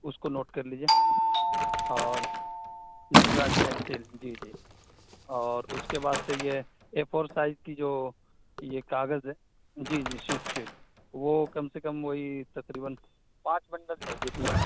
اس کو نوٹ کر لیجیے اور نٹراج پنسل جی جی اور اس کے بعد سے یہ اے فور سائز کی جو یہ کاغذ ہے جی جی شیٹ شیٹ وہ کم سے کم وہی تقریباً پانچ بنڈل چاہئے تھی وہ